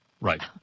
Right